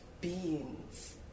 beings